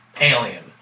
alien